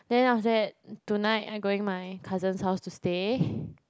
then after that tonight I going my cousin's house to stay